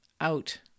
out